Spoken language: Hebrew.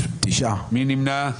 מי נמנע?